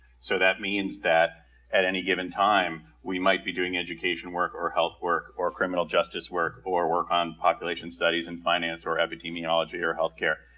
so that means that at any given time, we might be doing education work, or health work, or criminal justice work, or work on population studies in finance or epidemiology or health care.